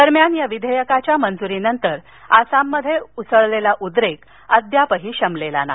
दरम्यान या विधेयकाच्या मंजूरीनंतर आसाममध्ये झालेला उद्रेक अजून शमलेला नाही